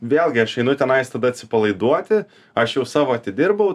vėlgi aš einu tenais tada atsipalaiduoti aš jau savo atidirbau